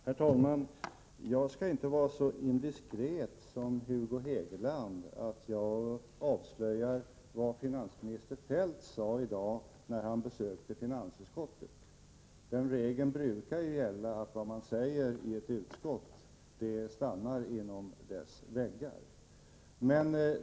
Herr talman! Jag skall inte vara så indiskret som Hugo Hegeland att jag avslöjar vad finansminister Feldt sade i dag när han besökte finansutskottet. Den regel som brukar gälla är att vad man säger i ett utskott stannar inom dess väggar.